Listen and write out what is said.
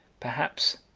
perhaps,